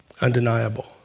undeniable